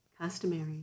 customary